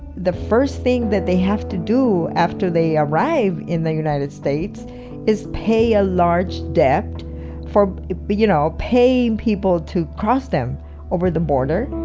the first thing that they have to do when they arrive in the united states is pay a large debt for but you know paying people to cross them over the border.